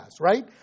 right